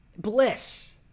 bliss